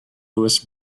lewis